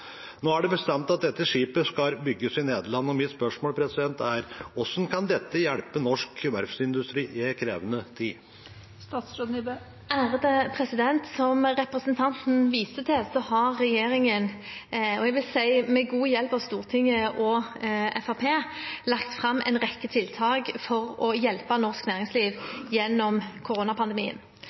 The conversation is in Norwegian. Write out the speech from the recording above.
Nå er det bestemt at dette skipet skal bygges i Nederland. Hvordan hjelper dette norsk verftsindustri i en krevende tid?» Som representanten viser til, har regjeringen – med god hjelp av Stortinget og Fremskrittspartiet, vil jeg si – lagt fram en rekke tiltak for å hjelpe norsk næringsliv gjennom koronapandemien.